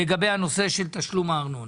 לגבי הנושא של תשלום הארנונה?